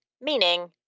meaning